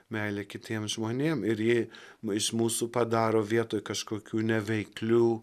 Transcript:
meilė kitiems žmonėms ir ji nu iš mūsų padaro vietoj kažkokių neveiklių